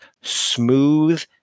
smooth